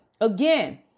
again